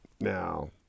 now